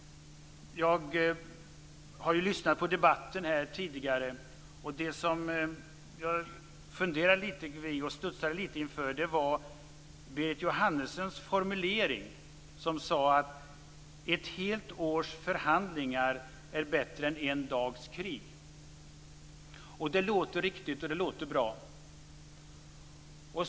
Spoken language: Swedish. Jag har lyssnat på debatten här tidigare. Det som jag funderade lite på och studsade lite inför var Berit Jóhannessons formulering. Hon sade att ett helt års förhandlingar är bättre än en dags krig. Det låter riktigt, och det låter bra.